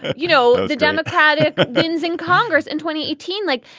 you know, the democratic gains in congress in twenty eighteen, like,